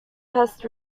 pest